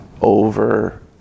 over